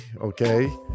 Okay